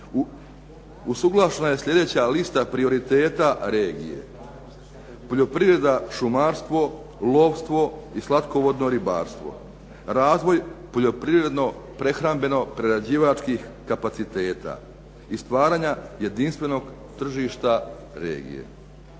usuglašena je slijedeća lista prioriteta regije, poljoprivreda, šumarstvo, lovstvo i slatkovodno ribarstvo, razvoj poljoprivredno-prehrambeno-prerađivačkih kapaciteta i stvaranje jedinstvenog tržišta regije.